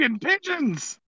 pigeons